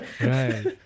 Right